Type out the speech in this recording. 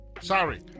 Sorry